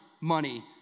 money